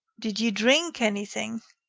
did you drink anything?